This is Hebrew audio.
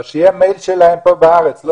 אבל שיהיה מייל שלהם פה בארץ.